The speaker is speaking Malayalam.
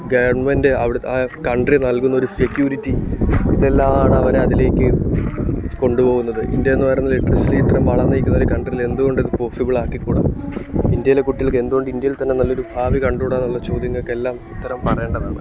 ഗവണ്മെൻറ്റ് അവിടത്തെ ആ കണ്ട്രി നൽകുന്നൊരു സെക്യൂരിറ്റി ഇതെല്ലാം ആണവരെ അതിലേക്ക് കൊണ്ടുപോവുന്നത് ഇന്ത്യയെന്നു പറയുന്നൊരു ലിറ്ററസിയില് ഇത്രയും വളർന്നേക്കുന്നൊരു കണ്ട്രീലെന്തുകൊണ്ടിത് പോസ്സിബിളാക്കിക്കൂടാ ഇന്ത്യയിലെ കുട്ടികൾക്കെന്തുകൊണ്ട് ഇന്ത്യയില്ത്തന്നെ നല്ലൊരു ഭാവി കണ്ടുകൂടാ എന്നുള്ളൊരു ചോദ്യങ്ങൾക്കെല്ലാം ഉത്തരം പറയേണ്ടതാണ്